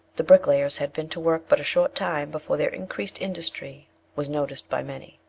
the bricklayers had been to work but a short time, before their increased industry was noticed by many.